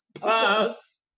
pass